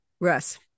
russ